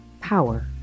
power